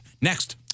Next